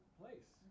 place